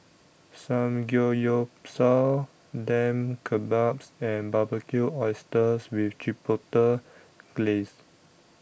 Samgeyopsal Lamb Kebabs and Barbecued Oysters with Chipotle Glaze